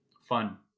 fun